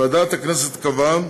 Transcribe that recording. ועדת הכנסת קבעה